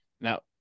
Now